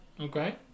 Okay